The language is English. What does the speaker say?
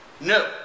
No